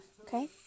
Okay